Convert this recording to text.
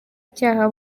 cyaha